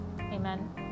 Amen